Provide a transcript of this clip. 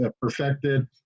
perfected